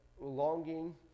Longing